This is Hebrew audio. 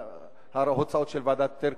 ההוצאות של ועדת-טירקל,